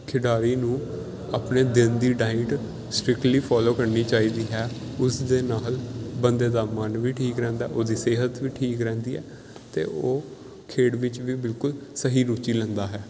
ਖਿਡਾਰੀ ਨੂੰ ਆਪਣੇ ਦਿਨ ਦੀ ਡਾਇਟ ਸਟਿਕਲੀ ਫੋਲੋ ਕਰਨੀ ਚਾਹੀਦੀ ਹੈ ਉਸ ਦੇ ਨਾਲ ਬੰਦੇ ਦਾ ਮਨ ਵੀ ਠੀਕ ਰਹਿੰਦਾ ਉਹਦੀ ਸਿਹਤ ਵੀ ਠੀਕ ਰਹਿੰਦੀ ਹੈ ਅਤੇ ਉਹ ਖੇਡ ਵਿੱਚ ਵੀ ਬਿਲਕੁਲ ਸਹੀ ਰੁਚੀ ਲੈਂਦਾ ਹੈ